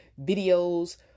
videos